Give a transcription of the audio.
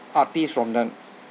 artists from the